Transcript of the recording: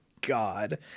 God